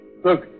Look